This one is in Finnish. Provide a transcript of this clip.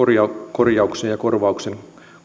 korjauksen ja korvauksen